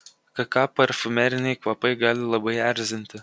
kai ką parfumeriniai kvapai gali labai erzinti